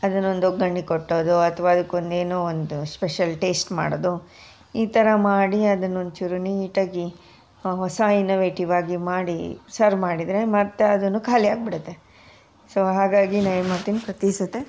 ಅದನ್ನ ಒಂದು ಒಗ್ಗರಣೆ ಕೊಟ್ಟೋ ಅದು ಅಥವಾ ಅದಕ್ಕೊಂದು ಏನೋ ಒಂದು ಸ್ಪೆಷಲ್ ಟೇಶ್ಟ್ ಮಾಡೋದೋ ಈ ಥರ ಮಾಡಿ ಅದನ್ನ ಒಂಚೂರು ನೀಟಾಗಿ ಹೊಸ ಇನೊವೇಟಿವ್ ಆಗಿ ಮಾಡಿ ಸರ್ವ್ ಮಾಡಿದರೆ ಮತ್ತು ಅದೂನು ಖಾಲಿ ಆಗಿಬಿಡತ್ತೆ ಸೊ ಹಾಗಾಗಿ ನಾ ಏನು ಮಾಡ್ತೀನಿ ಪ್ರತಿ ಸತಿ